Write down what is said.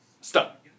Stop